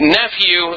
nephew